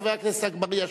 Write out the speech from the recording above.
חבר הכנסת אגבאריה,